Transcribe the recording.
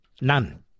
None